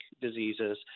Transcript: diseases